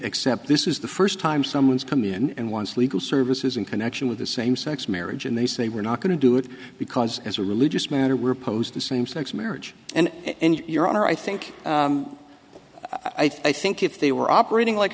except this is the first time someone's come in and wants legal services in connection with the same sex marriage and they say we're not going to do it because as a religious matter were opposed to same sex marriage and your honor i think i think if they were operating like